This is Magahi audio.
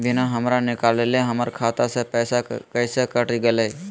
बिना हमरा निकालले, हमर खाता से पैसा कैसे कट गेलई?